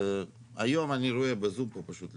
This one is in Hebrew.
והיום אני רואה בזום פה פשוט,